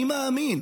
אני מאמין